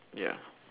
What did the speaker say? ya